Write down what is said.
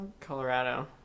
Colorado